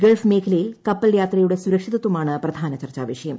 Gulf മേഖലയിലെ കപ്പൽ യാത്രയുടെ സുരക്ഷിതത്വമാണ് പ്രധാന ചർച്ചാ വിഷയം